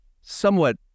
somewhat